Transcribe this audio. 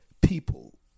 people